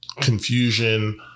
confusion